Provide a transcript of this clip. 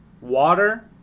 Water